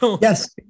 Yes